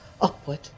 upward